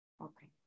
Okay